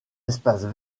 espaces